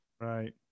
right